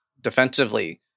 defensively